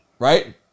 Right